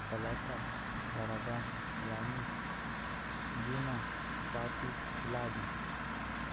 Talataa, laraba, lami, jumaa, sati, laadi.